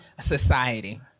society